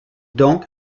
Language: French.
donc